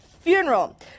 Funeral